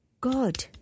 God